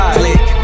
click